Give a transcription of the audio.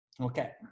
Okay